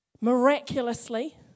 miraculously